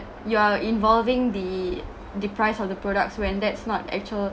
you are involving the the price of the products when that's not actual